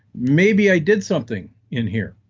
maybe i did something in here.